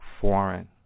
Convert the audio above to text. foreign